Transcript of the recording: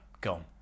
gone